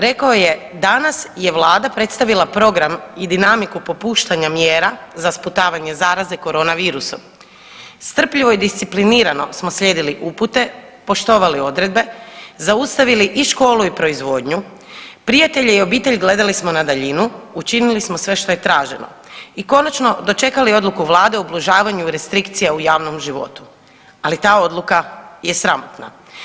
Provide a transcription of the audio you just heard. Rekao je danas je vlada predstavila program i dinamiku popuštanja mjera za sputavanje zaraze koronavirusom, strpljivo i disciplinirano smo slijedili upute, poštovali odredbe, zaustavili i školu i proizvodnju, prijatelje i obitelj gledali smo na daljinu, učinili smo sve što je traženo i konačno dočekali odluku vlade o ublažavanju restrikcija u javnom životu, ali ta odluka je sramotna.